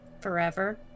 Forever